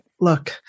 look